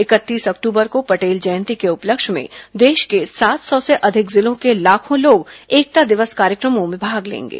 इकतीस अक्तूबर को पटेल जयंती के उपलक्ष्य में देश के सात सौ से अधिक जिलों के लाखों लोग एकता दिवस कार्य क्र मों में भाग लेंगे